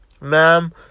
ma'am